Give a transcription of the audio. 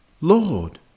Lord